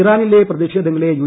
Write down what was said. ഇറാനിലെ പ്രതിഷ്യേധിങ്ങള് യു